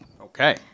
Okay